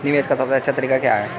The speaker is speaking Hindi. निवेश का सबसे अच्छा तरीका क्या है?